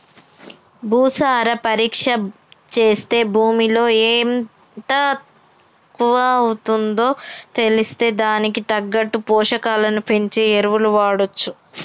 భూసార పరీక్ష చేస్తే భూమిలో ఎం తక్కువుందో తెలిస్తే దానికి తగ్గట్టు పోషకాలను పెంచే ఎరువులు వాడొచ్చు